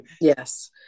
yes